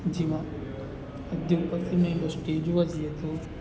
જેમાં ઉદ્યોગપતિની દૃષ્ટિએ જોવા જઈએ તો